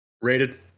Rated